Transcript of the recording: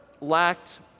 lacked